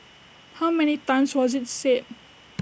how many times was IT said